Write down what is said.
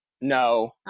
no